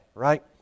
right